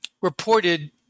reported